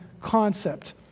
concept